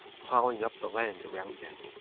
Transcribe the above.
plowing up the land around them.